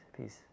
peace